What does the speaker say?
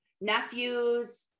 nephews